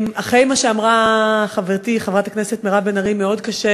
אחרי מה שאמרה חברתי חברת הכנסת מירב בן ארי מאוד קשה